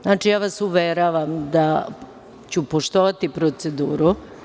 Znači, ja vas uveravam da ću poštovati proceduru.